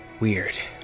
weird,